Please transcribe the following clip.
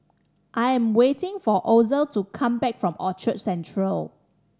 I am waiting for Ozell to come back from Orchard Central